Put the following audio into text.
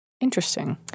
Interesting